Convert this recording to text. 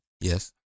Yes